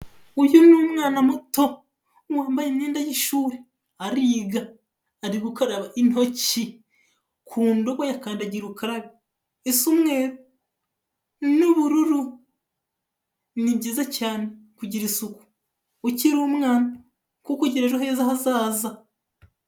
Uyu ni umwana muto wambaye imyenda y'ishuri, ariga ari gukara intoki ku ndobo ya kandagira ukarabe isa umweru n'ubururu, ni byiza cyane kugira isuku ukiri umwana kuko ugira ejo heza hazaza.